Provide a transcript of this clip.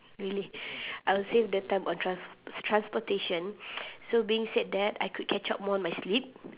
really I will save the time on trans~ transportation so being said that I could catch up more on my sleep